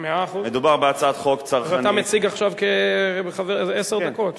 אז אתה מציג עכשיו כעשר דקות,